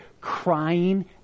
crying